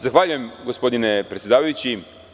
Zahvaljujem gospodine predsedavajući.